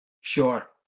sure